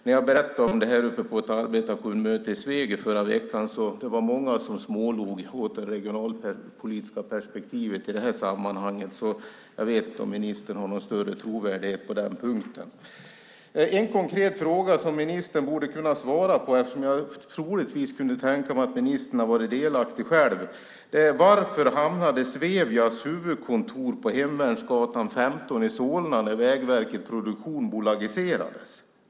När jag berättade om det här på ett arbetarkommunmöte i Sveg i förra veckan var det många som smålog åt det regionalpolitiska perspektivet i det sammanhanget. Jag vet inte om ministern har någon större trovärdighet på den punkten. En konkret fråga som ministern borde kunna svara på, eftersom jag kan tänka mig att ministern själv har varit delaktig: Varför hamnade Svevias huvudkontor på Hemvärnsgatan 15 i Solna när Vägverket Produktion bolagiserades?